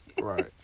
Right